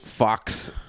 Fox